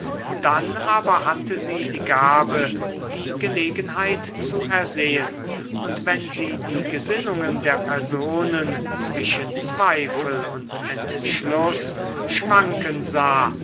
dann aber hatte sie die gabe die gelegenheit zu ersehen und wenn sie die gesinnungen der personen zwischen zweifel und entschluß schwanken sah